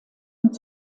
und